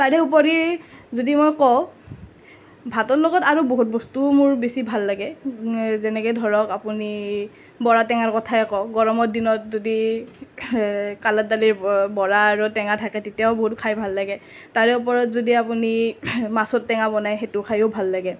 তাৰে ওপৰি যদি মই কওঁ ভাতৰ লগত আৰু বহুত বস্তু মোৰ বেছি ভাল লাগে যেনেকৈ ধৰক আপুনি বৰা টেঙাৰ কথাই কওঁক গৰমৰ দিনত যদি কালা দালিৰ বৰা আৰু টেঙা থাকে তেতিয়াও মোৰ খাই ভাল লাগে তাৰে ওপৰত যদি আপুনি মাছৰ টেঙা বনাই সেইটো খাইও ভাল লাগে